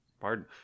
Pardon